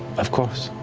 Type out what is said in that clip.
of course.